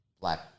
black